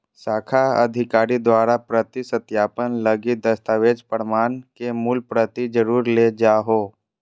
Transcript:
शाखा अधिकारी द्वारा प्रति सत्यापन लगी दस्तावेज़ प्रमाण के मूल प्रति जरुर ले जाहो